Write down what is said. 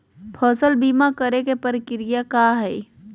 फसल बीमा करे के प्रक्रिया का हई?